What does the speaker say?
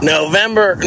November